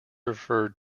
referred